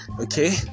Okay